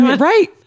right